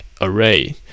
array